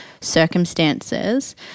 circumstances